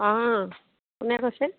অঁ কোনে কৈছে